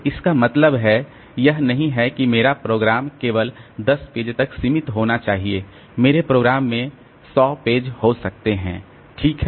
तो इसका मतलब यह नहीं है कि मेरा प्रोग्राम केवल 10 पेज तक सीमित होना चाहिए मेरे प्रोग्राम में 100 पेज हो सकते हैं ठीक